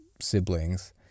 siblings